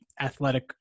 athletic